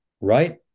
right